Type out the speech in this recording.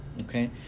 okay